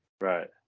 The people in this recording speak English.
Right